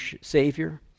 Savior